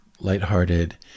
lighthearted